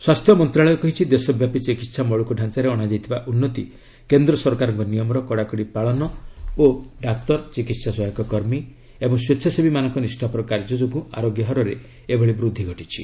ସ୍ୱାସ୍ଥ୍ୟ ମନ୍ତ୍ରଣାଳୟ କହିଛି ଦେଶବ୍ୟାପୀ ଚିକିତ୍ସା ମୌଳିକଢାଞ୍ଚାରେ ଅଣାଯାଇଥିବା ଉନ୍ନତି କେନ୍ଦ୍ର ସରକାରଙ୍କ ନିୟମର କଡ଼ାକଡ଼ି ପାଳନ ଓ ଡାକ୍ତର ଚିକିତ୍ସା ସହାୟକ କର୍ମୀ ଓ ସ୍ପେଚ୍ଛାସେବୀମାନଙ୍କ ନିଷ୍ଠାପର କାର୍ଯ୍ୟ ଯୋଗୁଁ ଆରୋଗ୍ୟ ହାରରେ ଏଭଳି ବୃଦ୍ଧି ଘଟିଛି